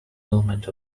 movement